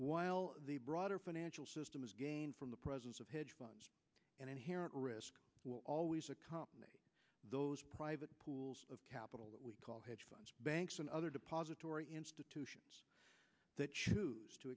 while the broader financial system is gain from the presence of hedge funds and inherent risk will always accompany those private pools of capital that we call hedge funds banks and other depository institutions that choose to